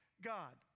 God